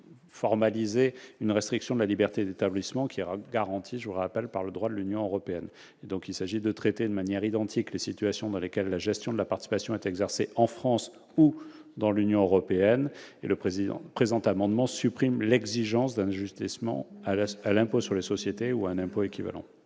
formaliser une restriction de la liberté d'établissement, laquelle est garantie, je le rappelle, par le droit européen. Il s'agit de traiter de manière identique les situations, que la gestion de la participation soit exercée en France ou dans l'Union. Dans cet esprit, le présent amendement tend à supprimer l'exigence d'assujettissement à l'impôt sur les sociétés ou à un impôt équivalent.